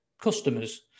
customers